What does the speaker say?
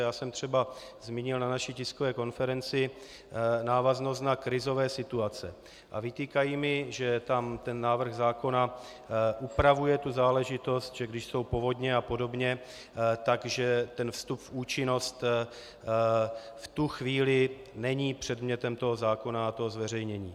Já jsem třeba zmínil na naší tiskové konferenci návaznost na krizové situace a vytýkají mi, že návrh zákona upravuje tu záležitost, že když jsou povodně a podobně, že ten vstup v účinnost v tu chvíli není předmětem toho zákona a toho zveřejnění.